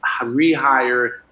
rehire